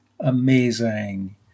Amazing